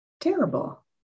terrible